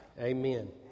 Amen